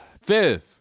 Fifth